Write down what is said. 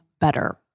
better